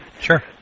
Sure